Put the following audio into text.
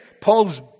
Paul's